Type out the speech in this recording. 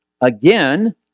Again